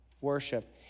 worship